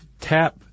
tap